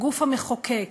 הגוף המחוקק,